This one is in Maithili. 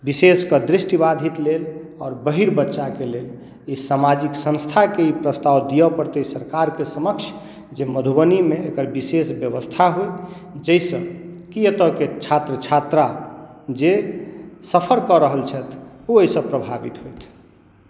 विशेष कऽ दृष्टिबाधित लेल आओर बहिर बच्चाके लेल ई सामाजिक संस्थाके ई प्रस्ताव दिअ पड़तै सरकारके समक्ष जे मधुबनीमे एकर विशेष व्यवस्था होइ जाहिसँ कि एतय के छात्र छात्रा जे सफर कऽ रहल छथि ओ एहिसँ प्रभावित होथि